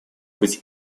быть